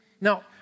Now